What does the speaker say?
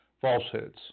Falsehoods